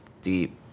deep